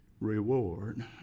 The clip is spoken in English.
reward